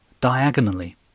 diagonally